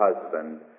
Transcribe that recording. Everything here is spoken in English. husband